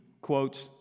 quotes